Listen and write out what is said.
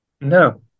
No